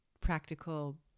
practical